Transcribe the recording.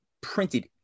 printed